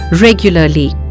regularly